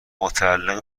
متعلق